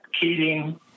Keating